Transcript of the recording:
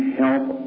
help